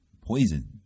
Poison